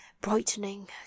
brightening